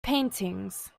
paintings